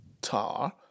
Tar